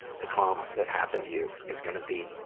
the trauma that happened to you is going to be